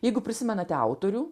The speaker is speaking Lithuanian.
jeigu prisimenate autorių